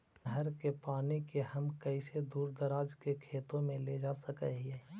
नहर के पानी के हम कैसे दुर दराज के खेतों में ले जा सक हिय?